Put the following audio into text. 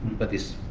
but this